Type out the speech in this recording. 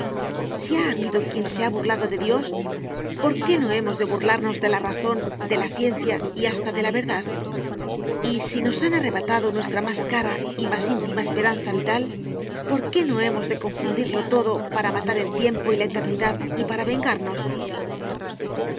ha habido quien se ha burlado de dios por qué no hemos de burlarnos de la razón de la ciencia y hasta de la verdad y si nos han arrebatado nuestra más cara y más íntima esperanza vital por qué no hemos de confundirlo todo para matar el tiempo y la eternidad y para vengarnos